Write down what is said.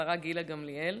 השרה גילה גמליאל,